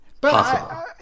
possible